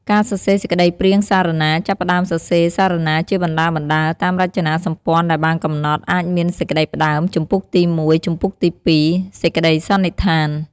ការសរសេរសេចក្តីព្រាងសារណា ចាប់ផ្តើមសរសេរសារណាជាបណ្តើរៗ តាមរចនាសម្ព័ន្ធដែលបានកំណត់ អាចមាន សេចក្តីផ្តើម ជំពូកទី១ ជំពូកទី២... សេចក្តីសន្និដ្ឋាន។